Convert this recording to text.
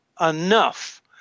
enough